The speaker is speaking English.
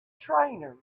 trainers